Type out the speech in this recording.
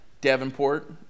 Davenport